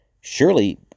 Surely